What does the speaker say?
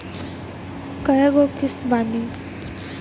कय गो किस्त बानी?